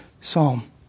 psalm